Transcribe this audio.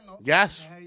Yes